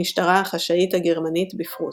המשטרה החשאית הגרמנית בפרוסיה.